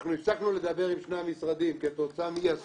שאנחנו הפסקנו לדבר עם שני המשרדים כתוצאה מאי הסכמות,